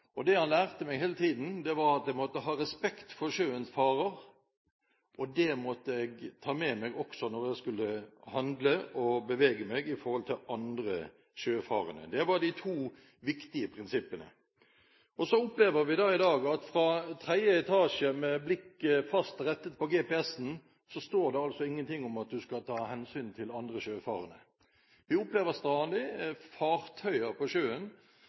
og det han lærte meg hele tiden, var at jeg måtte ha respekt for sjøens farer, og det måtte jeg ta med meg også når jeg skulle handle og bevege meg i forhold til andre sjøfarende. Det var de to viktige prinsippene. I dag står man på dekk i tredje etasje med blikket fast rettet på GPS-en, men der står det ingenting om at man skal ta hensyn til andre sjøfarende. Vi opplever stadig fartøyer på sjøen